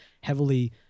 heavily